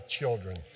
children